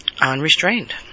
unrestrained